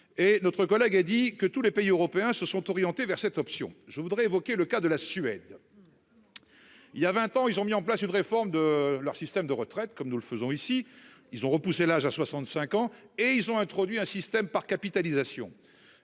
Et notre collègue a dit que tous les pays européens se sont orientés vers cette option. Je voudrais évoquer le cas de la Suède. Il y a 20 ans, ils ont mis en place une réforme de leur système de retraite comme nous le faisons ici ils ont repoussé l'âge à 65 ans et ils ont introduit un système par capitalisation.